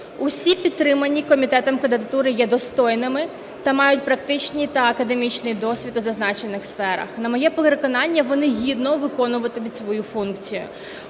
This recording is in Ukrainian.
Усі підтримані комітетом кандидатури є достойними та мають практичний та академічний досвід у зазначених сферах. На моє переконання, вони гідно виконуватимуть свою функцію.